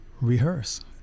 rehearse